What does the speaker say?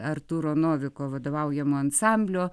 artūro noviko vadovaujamo ansamblio